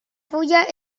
fulla